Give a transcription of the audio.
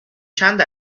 چند